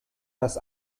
das